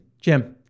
Jim